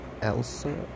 Elsa